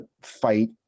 fight